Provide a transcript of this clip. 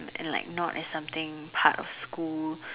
and like not as something part of school